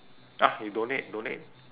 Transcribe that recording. ah you donate donate